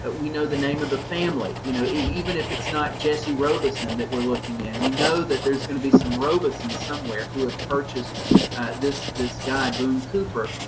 we know the name of the family. you know, even if it's not jessie robison that we're looking in, we know that there's going to be some robisons somewhere, who have purchased this this guy, boone cooper.